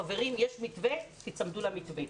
חברים, יש מתווה, תיצמדו למתווה.